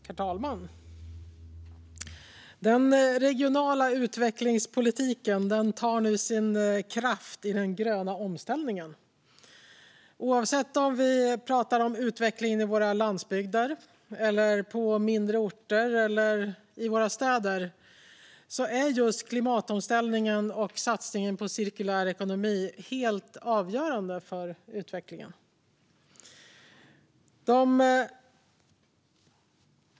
Herr talman! Den regionala utvecklingspolitiken tar nu sin kraft i den gröna omställningen. Oavsett om vi pratar om utvecklingen på våra landsbygder, på våra mindre orter eller i våra städer är just klimatomställningen och satsningen på cirkulär ekonomi helt avgörande för utvecklingen.